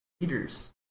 leaders